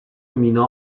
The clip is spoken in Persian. مینا